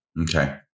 Okay